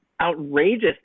outrageous